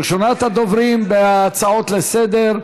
ראשונת הדוברים בהצעות לסדר-היום,